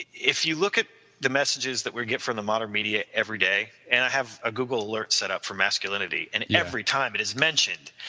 if you look at the messages that we get from the modern media everyday and i have a google alert setup for masculinity and every time it is mentioned,